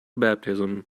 baptism